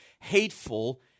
hateful